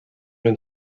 been